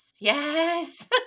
yes